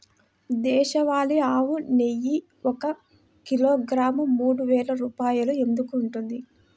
దేశవాళీ ఆవు నెయ్యి ఒక కిలోగ్రాము మూడు వేలు రూపాయలు ఎందుకు ఉంటుంది?